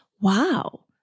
wow